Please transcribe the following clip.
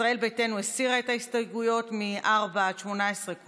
ישראל ביתנו הסירה את ההסתייגויות מ-4 עד 18,